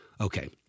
Okay